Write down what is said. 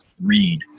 read